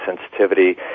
sensitivity